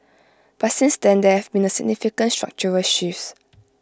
but since then there have been significant structural shifts